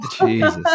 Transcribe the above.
jesus